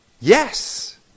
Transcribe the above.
Yes